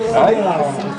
ננעלה בשעה